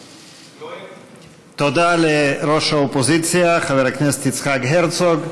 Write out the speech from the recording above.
תודה לראש האופוזיציה חבר הכנסת יצחק הרצוג.